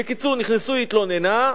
בקיצור, התלוננה.